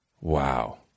Wow